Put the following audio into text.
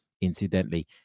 incidentally